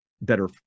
better